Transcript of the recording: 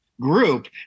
group